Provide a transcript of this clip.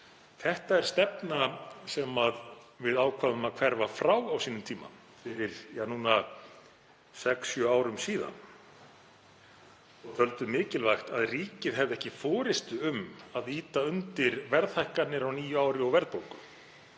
Þetta er stefna sem við ákváðum að hverfa frá á sínum tíma, fyrir sex, sjö árum, og töldum mikilvægt að ríkið hefði ekki forystu um að ýta undir verðhækkanir og verðbólgu